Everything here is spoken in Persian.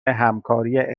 همکاری